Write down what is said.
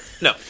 No